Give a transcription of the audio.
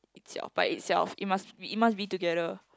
itself by itself it must be it must be together